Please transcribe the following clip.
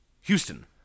Houston